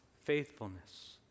faithfulness